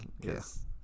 Yes